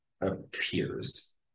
appears